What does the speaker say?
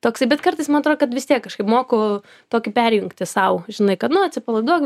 toksai bet kartais man atrodo kad vis tiek kažkaip moku tokį perjungti sau žinai kad na atsipalaiduok